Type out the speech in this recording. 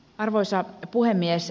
arvoisa puhemies